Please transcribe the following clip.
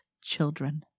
children